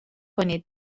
کنید